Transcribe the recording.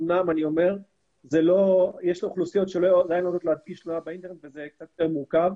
אמנם יש אוכלוסיות שעדיין לא יודעות לשלוח באינטרנט וזה קצת יותר מורכב,